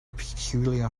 peculiar